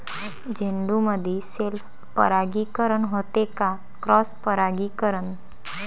झेंडूमंदी सेल्फ परागीकरन होते का क्रॉस परागीकरन?